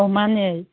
ꯑꯣ ꯃꯥꯅꯦ